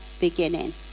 beginning